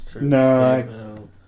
No